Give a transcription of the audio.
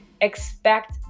expect